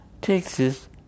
Texas